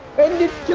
and they'll